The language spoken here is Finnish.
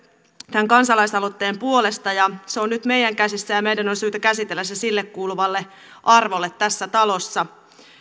tämän kansalaisaloitteen puolesta se on nyt meidän käsissämme ja meidän on syytä käsitellä se sille kuuluvan arvon mukaisesti tässä talossa